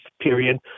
period